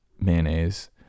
mayonnaise